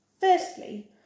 Firstly